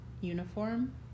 uniform